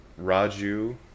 Raju